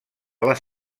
les